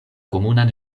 komunan